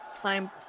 climb